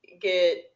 get